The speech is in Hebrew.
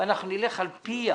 ונלך על-פיה,